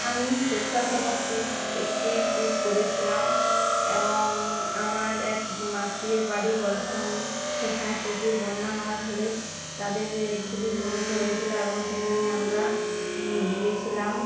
আমি সবেচ্ছাসবক ট্রিপ একটি ট্রিপ করেছিলাম এবং আমার এক আত্মীয়ের বাড়ি বর্ধমানে সেখানে প্রোচুর বন্যা হওয়ার ফলেই তাদের খুবই সমস্যা হয়েছিলো এবং সেখানে আমরা গিয়েছিলাম